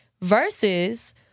Versus